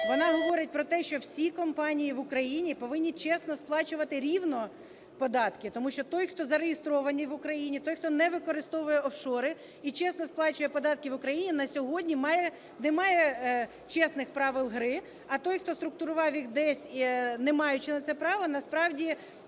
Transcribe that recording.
Вона говорить про те, що всі компанії в Україні повинні чесно сплачувати рівно податки. Тому що той, хто зареєстрований в Україні, той, хто не використовує офшори і чесно сплачує податки в Україні, на сьогодні не має чесних правил гри. А той, хто структурував їх десь, не маючи на це права, насправді